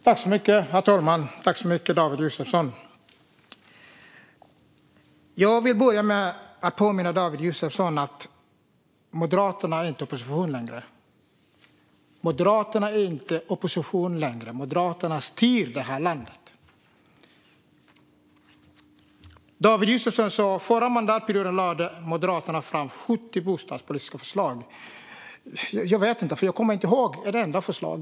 Herr talman! Jag vill börja med att påminna David Josefsson om att Moderaterna inte är i opposition längre, utan Moderaterna styr detta land. David Josefsson sa att Moderaterna under den förra mandatperioden lade fram 70 bostadspolitiska förslag. Jag kommer inte ihåg ett enda förslag.